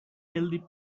healthy